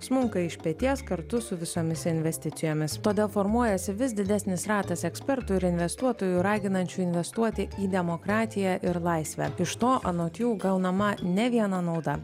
smunka iš peties kartu su visomis investicijomis tada formuojasi vis didesnis ratas ekspertų ir investuotojų raginančių investuoti į demokratiją ir laisvę iš to anot jų gaunama ne viena nauda